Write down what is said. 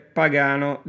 pagano